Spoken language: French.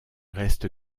reste